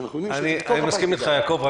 שאנחנו -- אני מסכים אתך יעקב,